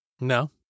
No